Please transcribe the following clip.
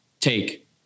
take